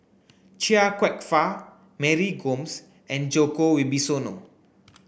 Chia Kwek Fah Mary Gomes and Djoko Wibisono